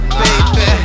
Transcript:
baby